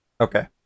okay